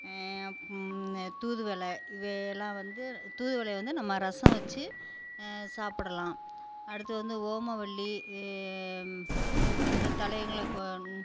தூதுவளை இவைகளாம் வந்து தூதுவளையை வந்து நம்ம ரசம் வச்சு சாப்பிடலாம் அடுத்து வந்து ஓமவல்லி இ இந் இந்தத் தழைகளை கொண்